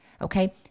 Okay